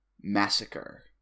Massacre